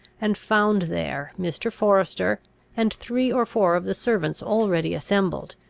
and found there mr. forester and three or four of the servants already assembled,